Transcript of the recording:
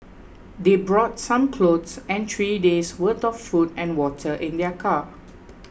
they brought some clothes and three days worth of food and water in their car